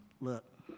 Look